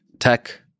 Tech